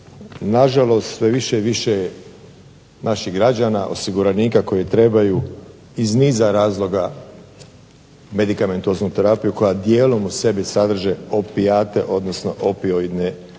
nažalost sve više i više je naših građana osiguranika koji trebaju iz niza razloga medikamentoznu terapiju koja dijelom u sebi sadrže opijate odnosno opijodne sastojke.